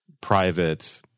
private